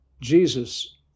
Jesus